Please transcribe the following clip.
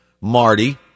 Marty